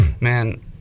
man